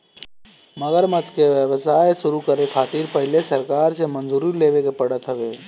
मगरमच्छ के व्यवसाय शुरू करे खातिर पहिले सरकार से मंजूरी लेवे के पड़त हवे